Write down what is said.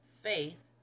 faith